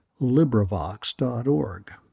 LibriVox.org